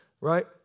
right